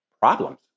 problems